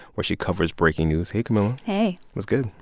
where she covers breaking news. hey, camila hey what's good?